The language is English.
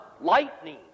Lightning